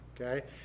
okay